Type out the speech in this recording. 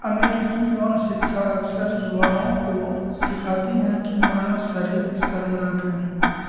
अमेरिकी यौन शिक्षा अक्सर युवाओं को सिखाती है कि मानव शरीर शर्मनाक है